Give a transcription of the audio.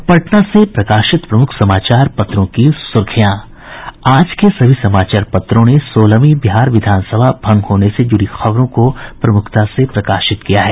अब पटना से प्रकाशित प्रमुख समाचार पत्रों की सुर्खियां आज के सभी समाचार पत्रों ने सोलहवीं बिहार विधानसभा भंग होने से जुड़ी खबरों को प्रमुखता से प्रकाशित किया है